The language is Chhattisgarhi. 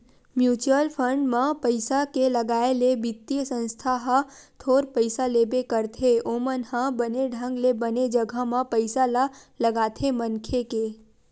म्युचुअल फंड म पइसा के लगाए ले बित्तीय संस्था ह थोर पइसा लेबे करथे ओमन ह बने ढंग ले बने जघा म पइसा ल लगाथे मनखे के